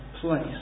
place